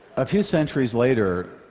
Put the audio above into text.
a few centuries later,